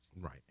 Right